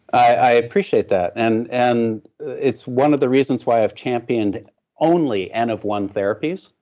i appreciate that, and and it's one of the reasons why i've championed only and of one therapies.